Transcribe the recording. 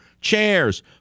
chairs